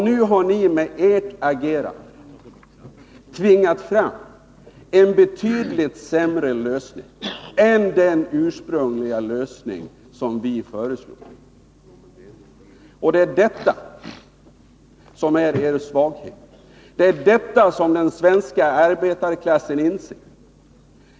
Nu har ni med ert agerande tvingat fram en betydligt sämre lösning än den ursprungliga lösning som vi föreslog. Detta är er svaghet, och det inser den svenska arbetarklassen.